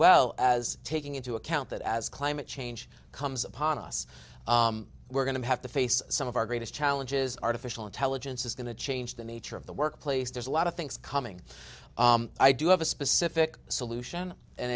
well as taking into account that as climate change comes upon a yes we're going to have to face some of our greatest challenges artificial intelligence is going to change the nature of the workplace there's a lot of things coming i do have a specific solution and